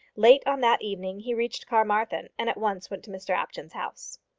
late on that evening he reached carmarthen, and at once went to mr apjohn's house.